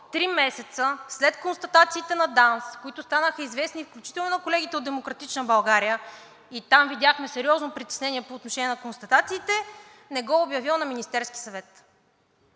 три месеца след констатациите на ДАНС, които станаха известни включително и на колегите от „Демократична България“, и там видяхме сериозно притеснение по отношение на констатациите, не го е обявил на Министерския съвет?